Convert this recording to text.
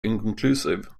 inconclusive